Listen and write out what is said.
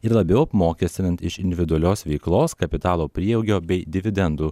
ir labiau apmokestinant iš individualios veiklos kapitalo prieaugio bei dividendų